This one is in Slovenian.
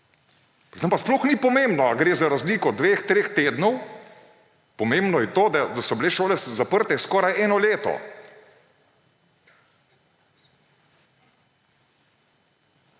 Vam pa sploh ni pomembno, ali gre za razliko dveh, treh tednov; pomembno je to, da so bile šole zaprte skoraj eno leto.